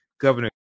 Governor